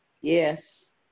Yes